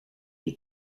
you